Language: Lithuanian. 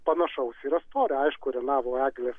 panašaus yra storio aišku renavo eglės